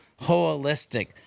holistic